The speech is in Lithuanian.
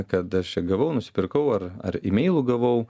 kad aš čia gavau nusipirkau ar ar imeilu gavau